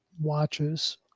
watches